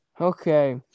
Okay